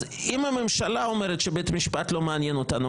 אז אם הממשלה אומרת שבית המשפט לא מעניין אותנו,